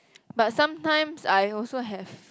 but sometimes I also have